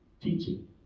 teaching